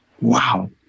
wow